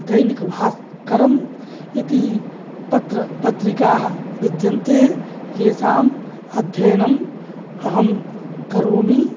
दैनिकभास्करं इति पत्रपत्रिकाः विद्यन्ते येषां अध्ययनं अहं करोमि